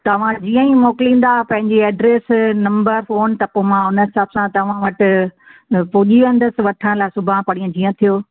तव्हां जीअं ई मोकिलींदा पंहिंजी एड्र्स नम्बर फ़ोन त पोइ मां उन हिसाब सां तव्हां वटि पुॼी वेंदसि वठण लाइ सुभाणे परीहं जीअं थियो